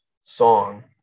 song